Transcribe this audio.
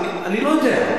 אני לא יודע,